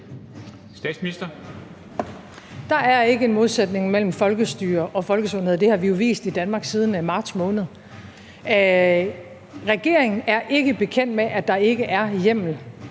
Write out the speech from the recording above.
Der er ikke en modsætning mellem folkestyre og folkesundhed, det har vi jo vist i Danmark siden marts måned. Regeringen var ikke bekendt med, at der ikke var hjemmel